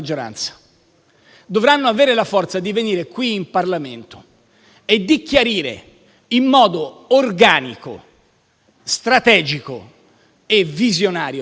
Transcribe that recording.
dovranno avere la forza di venire in Parlamento e chiarire in modo organico, strategico e visionario, se possibile,